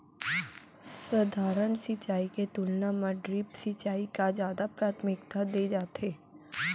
सधारन सिंचाई के तुलना मा ड्रिप सिंचाई का जादा प्राथमिकता दे जाथे